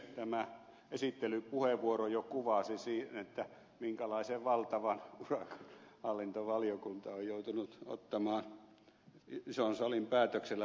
tämä esittelypuheenvuoro jo kuvasi minkälaisen valtavan urakan hallintovaliokunta on joutunut ottamaan ison salin päätöksellä tehtäväkseen